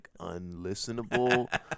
unlistenable